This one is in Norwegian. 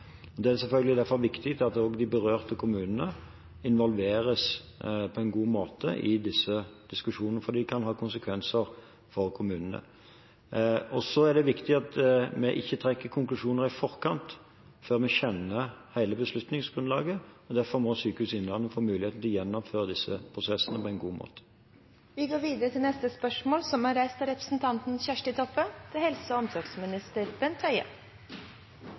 Det er selvfølgelig derfor også viktig at de berørte kommunene involveres på en god måte i disse diskusjonene, for de kan ha konsekvenser for kommunene. Så er det viktig at vi ikke trekker konklusjoner i forkant, før vi kjenner hele beslutningsgrunnlaget. Derfor må Sykehuset Innlandet få muligheten til å gjennomføre disse prosessene på en god måte. «Stortinget bad 16. juni 2015 regjeringa om å utarbeida ei sektorlov for vass- og avløpssektoren. Kva er